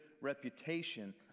reputation